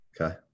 Okay